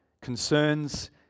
concerns